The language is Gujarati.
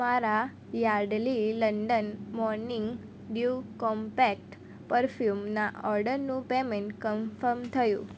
મારા Yardley London morning dew compact પરફ્યુમના ઓર્ડરનું પેમેંટ કમ્ફર્મ થયું